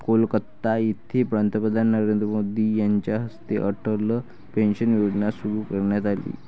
कोलकाता येथे पंतप्रधान नरेंद्र मोदी यांच्या हस्ते अटल पेन्शन योजना सुरू करण्यात आली